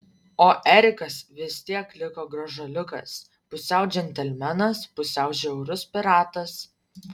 o erikas vis tiek liko gražuoliukas pusiau džentelmenas pusiau žiaurus piratas